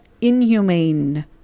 inhumane